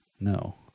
No